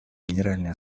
генеральной